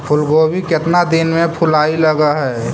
फुलगोभी केतना दिन में फुलाइ लग है?